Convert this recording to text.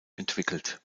entwickelt